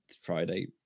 Friday